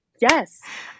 yes